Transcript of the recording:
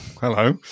hello